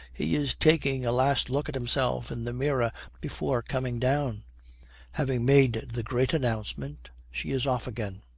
he is taking a last look at himself in the mirror before coming down having made the great announcement, she is off again.